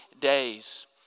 days